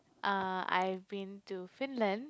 uh I've been to Finland